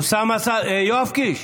אוסאמה סעדי, יואב קיש,